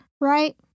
right